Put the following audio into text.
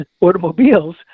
automobiles